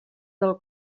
del